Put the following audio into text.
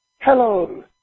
Hello